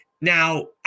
Now